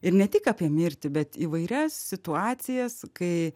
ir ne tik apie mirtį bet įvairias situacijas kai